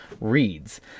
reads